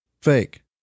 fake